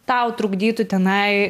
tau trukdytų tenai